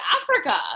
Africa